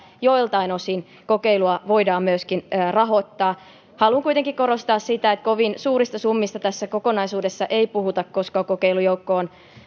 joiltain osin kokeilua voidaan rahoittaa haluan kuitenkin korostaa sitä että kovin suurista summista tässä kokonaisuudessa ei puhuta koska kokeilujoukko on